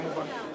כמובן.